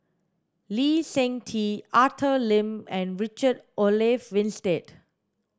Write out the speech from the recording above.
Lee Seng Tee Arthur Lim and Richard Olaf Winstedt